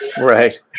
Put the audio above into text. Right